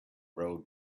road